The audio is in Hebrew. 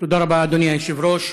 תודה רבה, אדוני היושב-ראש,